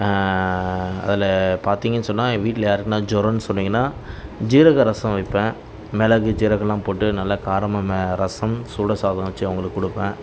அதில் பார்த்தீங்கன் சொன்னால் என் வீட்டில் யாருக்குனால் ஜுரோன் சொன்னீங்கன்னால் ஜீரக ரசம் வைப்பேன் மிளகு ஜீரகெல்லாம் போட்டு நல்லா காரமாக மெ ரசம் சூடாக சாதம் வெச்சு அவங்களுக்கு கொடுப்பேன்